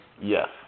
Yes